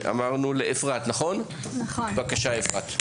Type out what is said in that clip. בבקשה, אפרת.